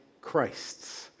Christ's